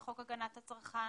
לחוק הגנת הצרכן